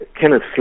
Kenneth